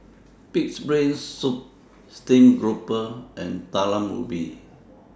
Pig'S Brain Soup Steamed Grouper and Talam Ubi